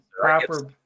proper